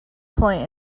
point